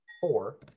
four